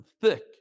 thick